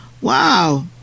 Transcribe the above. wow